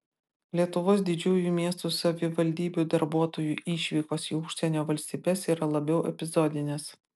lietuvos didžiųjų miestų savivaldybių darbuotojų išvykos į užsienio valstybes yra labiau epizodinės